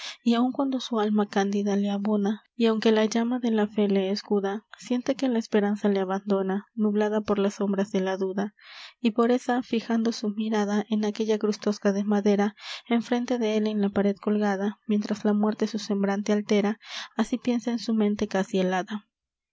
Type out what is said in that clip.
y aún cuando su alma cándida le abona y aunque la llama de la fé le escuda siente que la esperanza le abandona nublada por las sombras de la duda y por esa fijando su mirada en aquella cruz tosca de madera enfrente de él en la pared colgada mientras la muerte su semblante altera así piensa en su mente casi helada